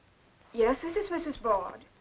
yes, this is mrs. bard.